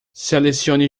selecione